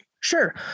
Sure